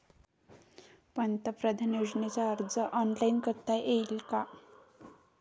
पंतप्रधान योजनेचा अर्ज ऑनलाईन करता येईन का?